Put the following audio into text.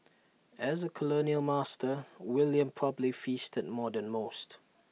as A colonial master William probably feasted more than most